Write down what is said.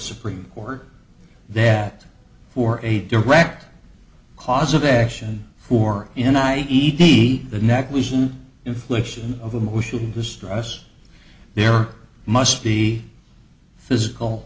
supreme court that for a direct cause of action for in i t t the next lesion infliction of emotional distress there must be physical